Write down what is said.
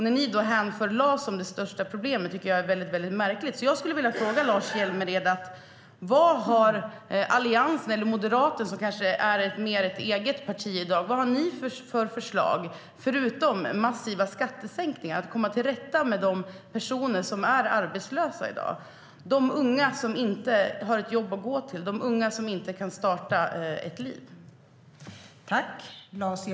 När ni då hänvisar till LAS som det största problemet tycker jag att det är märkligt. Jag skulle vilja fråga Lars Hjälmered: Vad har Alliansen, eller Moderaterna - som kanske är mer av ett eget parti i dag - för förslag förutom massiva skattesänkningar för att komma till rätta med de personer som är arbetslösa i dag? Det handlar om de unga som inte har ett jobb att gå till - de unga som inte kan starta ett liv.